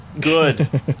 good